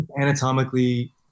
anatomically